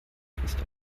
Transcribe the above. christoph